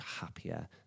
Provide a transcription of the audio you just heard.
happier